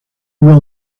will